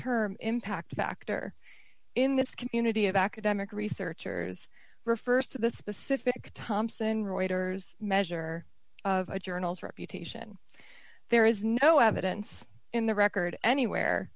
term impact factor in this community of academic researchers refers to the specific thomson reuters measure of a journal's reputation there is no evidence in the record anywhere